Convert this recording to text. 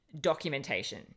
documentation